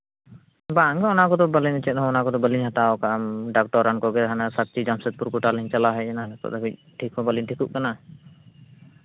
ᱵᱟᱝᱜᱮ ᱚᱱᱟ ᱠᱚᱫᱚ ᱵᱟᱞᱤᱧ ᱪᱮᱫ ᱦᱚᱸ ᱚᱱᱟ ᱠᱚᱫᱚ ᱵᱟᱹᱞᱤᱧ ᱦᱟᱛᱟᱣ ᱠᱟᱜᱼᱟ ᱰᱟᱠᱛᱚᱨ ᱨᱟᱱ ᱠᱚᱜᱮ ᱦᱟᱱᱮ ᱥᱟᱧᱪᱤ ᱡᱟᱢᱥᱮᱫᱽᱯᱩᱨ ᱜᱳᱴᱟ ᱞᱤᱧ ᱪᱟᱞᱟᱣ ᱦᱮᱡᱱᱟ ᱱᱤᱛᱚᱜ ᱫᱷᱟᱹᱵᱤᱡ ᱴᱷᱤᱠ ᱦᱚᱸ ᱵᱟᱹᱞᱤᱧ ᱴᱷᱤᱠᱚᱜ ᱠᱟᱱᱟ